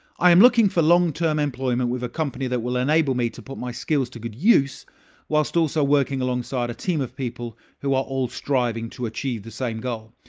i am looking for long-term employment with a company that will enable me to put my skills to good use whilst also working alongside a team of people who are all striving to achieve the same goal.